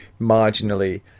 marginally